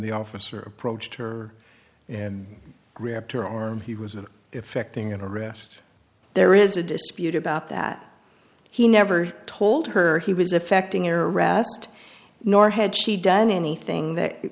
the officer approached her and gripped her arm he was effecting in a rest there is a dispute about that he never told her he was affecting her rest nor had she done anything that